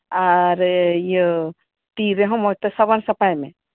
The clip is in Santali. ᱟᱨ ᱛᱤ ᱨᱮᱦᱚᱸ ᱢᱚᱸᱡᱛᱮ ᱥᱟᱵᱚᱱ ᱥᱟᱯᱷᱟᱭ ᱢᱮ